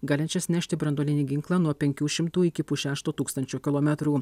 galinčias nešti branduolinį ginklą nuo penkių šimtų iki pusšešto tūkstančio kilometrų